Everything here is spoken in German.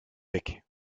weg